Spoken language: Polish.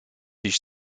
iść